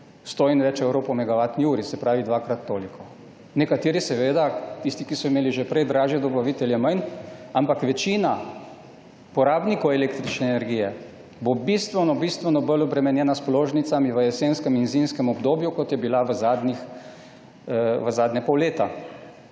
100 in več evrov po megavatni uri. Se pravi dvakrat toliko. Nekateri, tisti, ki so imeli že prej dražje dobavitelje, manj. Ampak večina porabnikov električne energije bo bistveno bolj obremenjena s položnicami v jesenskem in zimskem obdobju, kot je bila zadnje pol leta.